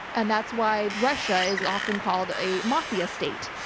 and that's why russia is often called a mafia state.